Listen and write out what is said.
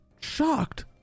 shocked